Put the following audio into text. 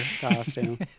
costume